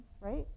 Right